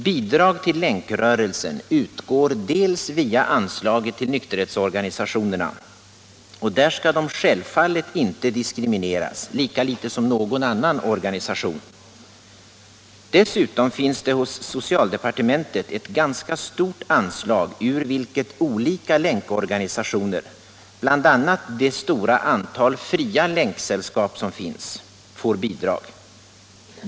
Bidrag till länkrörelsen utgår via anslaget till nykterhetsorganisationerna, och där skall de självfallet inte diskrimineras — lika litet som någon annan organisation. Dessutom finns det hos socialdepartementet ett ganska stort anslag, ur vilket olika länkorganisationer, bl.a. det stora antal fria länksällskap som finns, får bidrag.